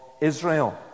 Israel